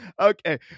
okay